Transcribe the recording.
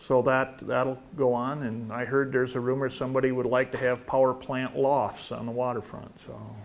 so that that'll go on and i heard there's a rumor somebody would like to have power plant lost some the waterfront so